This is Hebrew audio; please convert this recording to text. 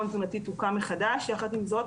תזונתי תוקם מחדש אך יחד עם זאת,